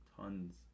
tons